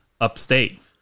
upstate